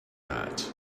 that